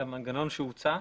למנגנון שהוצע,